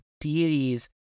deities